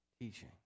teaching